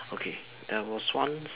okay there was once